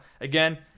Again